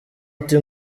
ati